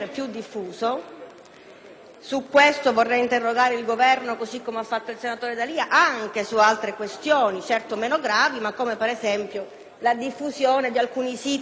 Su questo punto vorrei interrogare il Governo, così come ha fatto il senatore D'Alia, anche su altre questioni, certo meno gravi, come ad esempio la diffusione di siti *escort*,